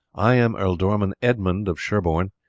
i am ealdorman edmund of sherborne,